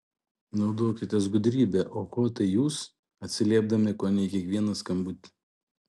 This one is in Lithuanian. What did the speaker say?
naudokitės gudrybe oho tai jūs atsiliepdami kone į kiekvieną skambutį